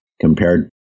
compared